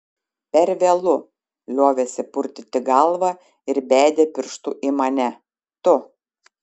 per vėlu liovėsi purtyti galvą ir bedė pirštu į mane tu